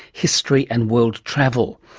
history and world travel.